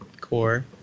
core